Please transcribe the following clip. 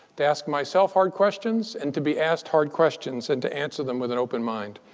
to ask myself hard questions, and to be asked hard questions, and to answer them with an open mind.